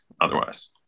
otherwise